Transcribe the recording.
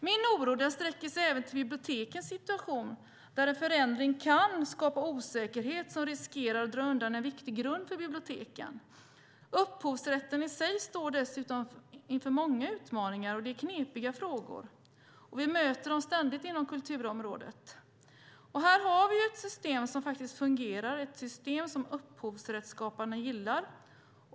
Min oro sträcker sig även till bibliotekens situation, där en förändring kan skapa osäkerhet som riskerar att dra undan en viktig grund för biblioteken. Upphovsrätten i sig står dessutom inför många utmaningar, och det är knepiga frågor. Vi möter dem ständigt inom kulturområdet. Här har vi ett system som fungerar och upphovsrättsskaparna gillar.